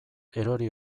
erori